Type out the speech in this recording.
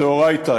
דאורייתא,